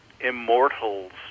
immortals